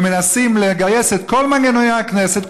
מנסים לגייס את כל מנגנוני הכנסת,